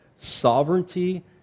Sovereignty